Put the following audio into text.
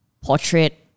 portrait